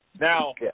Now